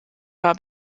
war